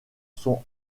sont